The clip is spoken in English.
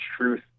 truth